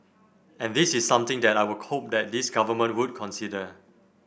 and this is something that I would hope that this Government would consider